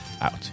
out